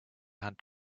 hand